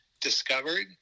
discovered